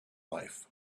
life